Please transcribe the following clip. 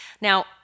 Now